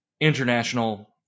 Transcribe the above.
international